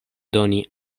doni